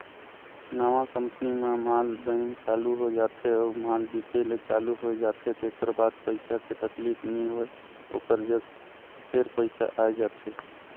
नवा कंपनी म माल बइन चालू हो जाथे अउ माल बिके ले चालू होए जाथे तेकर बाद पइसा के तकलीफ नी होय ओकर जग फेर पइसा आए जाथे